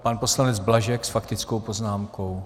Pan poslanec Blažek s faktickou poznámkou.